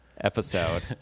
episode